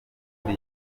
kuri